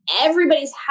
everybody's